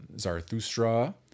Zarathustra